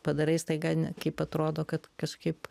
padarai staiga kaip atrodo kad kažkaip